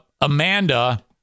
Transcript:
Amanda